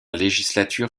législature